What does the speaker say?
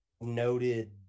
noted